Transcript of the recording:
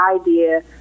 idea